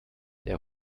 der